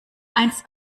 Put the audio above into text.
einst